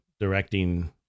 directing